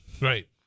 Right